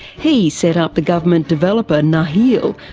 he set up the government developer nakheel,